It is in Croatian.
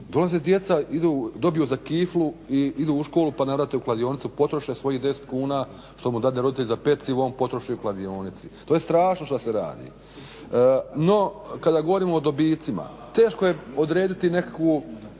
dolaze djeca, dobiju za kiflu idu u školu pa navrate u kladionicu, potroše svojih 10 kuna što mu roditelj da za pecivo on potroši u kladionici. To je strašno što se radi. No, kada govorimo o dobicima teško je odrediti nekakav